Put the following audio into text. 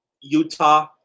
Utah